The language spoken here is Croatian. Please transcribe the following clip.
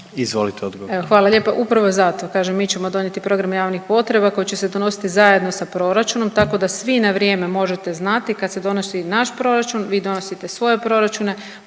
Nikolina (HDZ)** Hvala lijepo, upravo zato kažem, mi ćemo donijeti program javnih potreba koje će se donositi zajedno sa proračunom, tako da svi na vrijeme možete znati kad se donosi naš proračun, vi donosite svoje proračune,